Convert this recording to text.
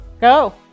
Go